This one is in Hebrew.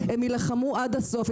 הם יילחמו עד הסוף.